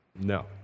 No